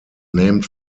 named